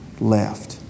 left